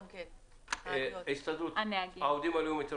הסתדרות העובדים הלאומית,